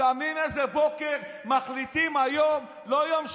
קמים איזה בוקר, מחליטים: היום לא יום שני,